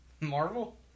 Marvel